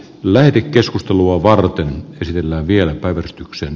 lähetekeskustelua varten sillä vielä ole